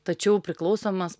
tačiau priklausomas